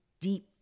deep